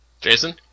Jason